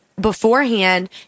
beforehand